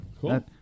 Cool